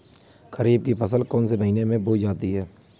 खरीफ की फसल कौन से महीने में बोई जाती है?